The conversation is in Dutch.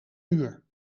uur